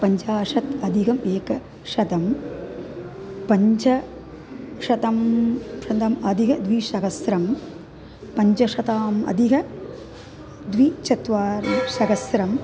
पञ्जाशत् अधिकम् एकं शतं पञ्च शतं शतम् अधिकं द्विसहस्रं पञ्चशतम् अधिकं द्वि चत्वारि सहस्रं